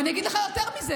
ואני אגיד לך יותר מזה,